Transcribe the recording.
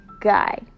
guy